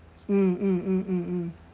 mmhmm mmhmm mm